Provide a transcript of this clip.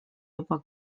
juba